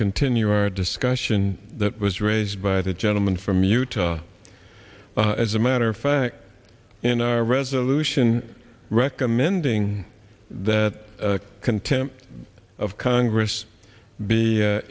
continue our discussion that was raised by the gentleman from utah as a matter of fact in our resolution recommending that contempt of congress be